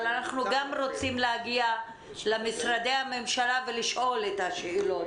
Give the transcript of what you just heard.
אבל אנחנו רוצים להגיע גם למשרדי הממשלה ולשאול את השאלות,